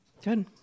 Good